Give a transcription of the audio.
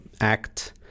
act